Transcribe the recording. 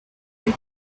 the